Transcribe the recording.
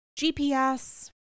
GPS